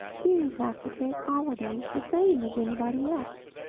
kings have to take holidays the same as anybody else.